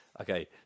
Okay